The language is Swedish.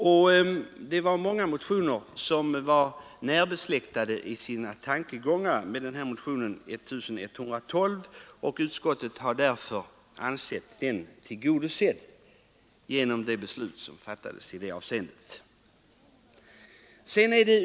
Många av dessa motioner var närbesläktade i sina tankegångar med motionen 1112, och utskottet har därför ansett den tillgodosedd genom det beslut som redan har fattats.